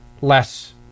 less